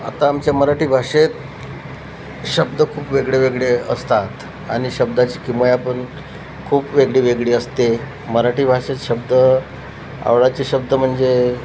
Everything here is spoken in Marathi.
आता आमच्या मराठी भाषेत शब्द खूप वेगळे वेगळे असतात आणि शब्दाची किमया पण खूप वेगळी वेगळी असते मराठी भाषेत शब्द आवडायचे शब्द म्हणजे